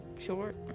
short